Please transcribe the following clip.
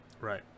Right